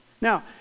Now